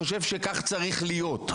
אני חושב שכך צריך להיות,